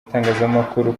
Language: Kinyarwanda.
itangazamakuru